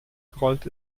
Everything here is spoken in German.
gerollt